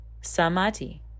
samadhi